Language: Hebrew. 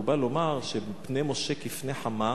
מקובל לומר שפני משה כפני חמה